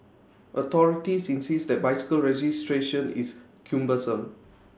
authorities insist that bicycle registration is cumbersome